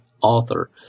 author